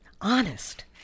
honest